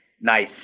nice